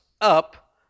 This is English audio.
up